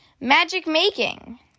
magic-making